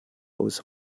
aus